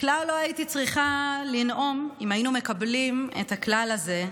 כלל לא הייתי צריכה לנאום אם היינו מקבלים את הכלל הזה,